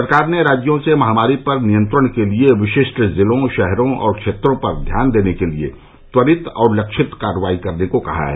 सरकार ने राज्यों से महामारी पर नियंत्रण के लिए विशिष्ट जिलों शहरों और क्षेत्रों पर ध्यान देने के लिए त्वरित और लक्षित कार्रवाई करने को कहा है